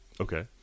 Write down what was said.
Okay